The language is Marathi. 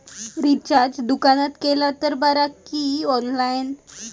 रिचार्ज दुकानात केला तर बरा की ऑनलाइन?